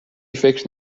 فکر